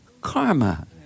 karma